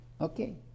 Okay